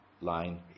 line